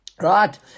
Right